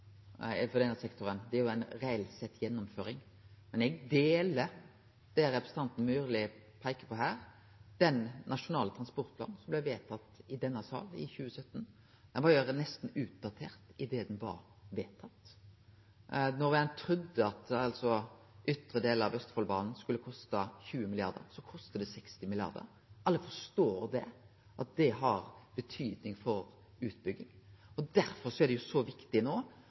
denne sektoren, det er ei reell gjennomføring. Men eg er samd i det representanten Myrli peiker på her. Den nasjonale transportplanen som blei vedtatt i denne salen i 2017, var nesten utdatert da han var vedtatt. Ein trudde at ytre del av Østfoldbanen skulle koste 20 mrd. kr. No kostar det 60 mrd. kr. Alle forstår at det har betyding for utbygginga. Derfor er det så viktig no